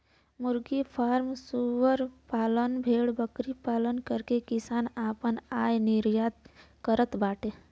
मुर्गी फ्राम सूअर पालन भेड़बकरी पालन करके किसान आपन आय निर्मित करत बाडे